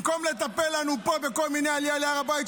במקום לטפל לנו פה בכל מיני עליות להר הבית,